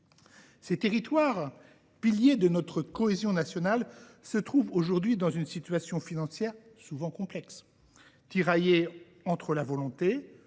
Ces territoires, pilier de notre cohésion nationale, se trouvent aujourd’hui dans une situation financière souvent complexe. Ils sont tiraillés entre la volonté,